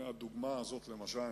הדוגמה הזאת למשל.